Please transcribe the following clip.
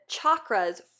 chakras